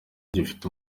gifite